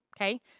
Okay